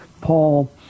Paul